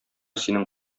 синең